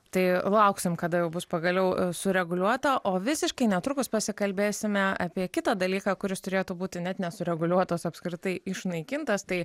tai lauksim kada jau bus pagaliau sureguliuota o visiškai netrukus pasikalbėsime apie kitą dalyką kuris turėtų būti net nesureguliuotas o apskritai išnaikintas tai